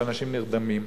שאנשים נרדמים,